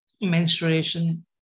menstruation